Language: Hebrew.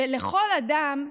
ולכל אדם,